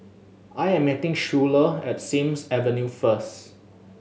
I'm meeting Schuyler at Sims Avenue first